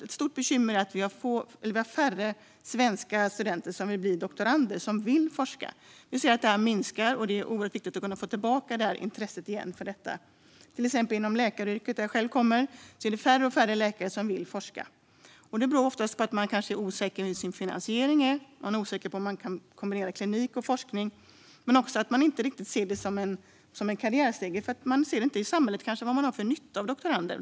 Ett stort bekymmer är att vi har färre svenska studenter som vill bli doktorander och forska. Det antalet minskar. Det är oerhört viktigt att få tillbaka intresset för detta. Det gäller till exempel inom läkaryrket, som jag själv kommer från. Det är allt färre läkare som vill forska. Det beror oftast på att de är osäkra på finansieringen. De är osäkra på om de kan kombinera klinik och forskning. Men de ser det inte heller riktigt som en karriärstege. Man ser inte i samhället vad man har för nytta av doktorander.